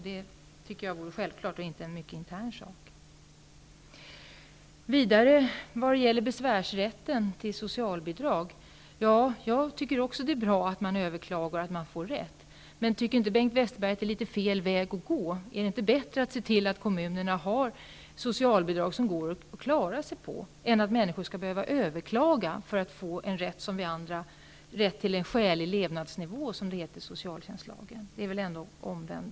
Det tycker jag är självklart, eftersom det inte är enbart en mycket intern sak. Sedan till besvärsrätten när det gäller socialbidrag. Även jag tycker att det är bra att man kan överklaga och få rätt. Men tycker inte Bengt Westerberg att det är litet fel väg att gå? Är det inte bättre att se till att kommunerna har socialbidrag som man kan klara sig på än att människor skall behöva överklaga för att få en rätt som vi andra har: rätt till en skälig levnadsnivå, som det står i socialtjänstlagen? Här går man väl fel väg.